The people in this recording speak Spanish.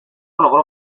logró